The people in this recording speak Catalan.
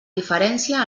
diferència